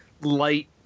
light